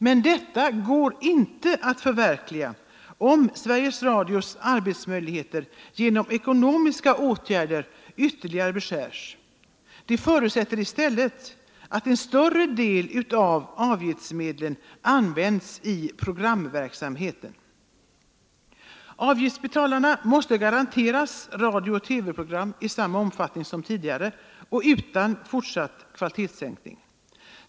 Men detta går inte att förverkliga, om Sveriges Radios arbetsmöjligheter genom ekonomiska åtgärder ytterligare beskärs. Det förutsättes i stället att en större del av avgiftsmedlen används i programverksamheten. Avgiftsbetalarna måste garanteras radiooch TV-program i samma omfattning som tidigare och utan fortsatt kvalitetssänkning.